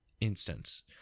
instance